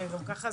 שאני